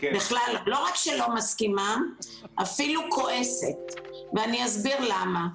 לא רק שלא מסכימה, אפילו כועסת ואני אסביר למה.